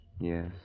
Yes